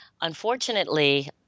Unfortunately